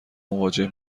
مواجه